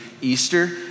Easter